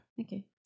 okay